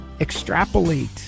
extrapolate